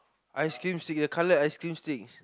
ice cream stick the colored ice cream sticks